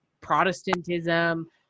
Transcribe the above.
Protestantism